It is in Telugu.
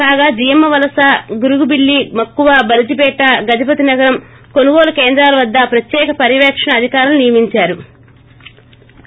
కాగా జియమ్మవలస గరుగుచిల్లి మక్కువ బలిజిపేట గజపతినగరం కోనుగోలు కేంద్రాల వద్ద ప్రత్యేక పర్యపేక్షణ అధికారులను నియమిందారు